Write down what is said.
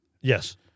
Yes